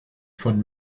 von